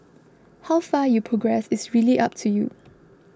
how far you progress is really up to you